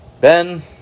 Ben